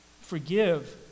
Forgive